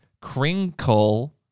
Crinkle